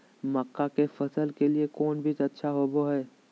मक्का के फसल के लिए कौन बीज अच्छा होबो हाय?